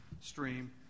stream